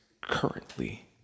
currently